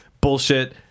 bullshit